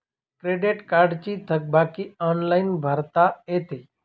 credit कार्डची थकबाकी online भरता येते